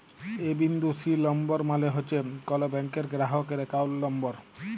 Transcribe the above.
এ বিন্দু সি লম্বর মালে হছে কল ব্যাংকের গেরাহকের একাউল্ট লম্বর